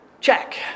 check